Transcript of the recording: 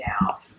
now